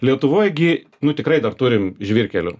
lietuvoj gi nu tikrai dar turim žvyrkelių